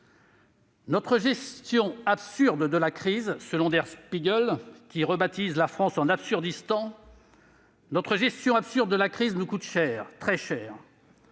Notre gestion absurde de la crise, selon, qui rebaptise la France « Absurdistan », nous coûte cher, très cher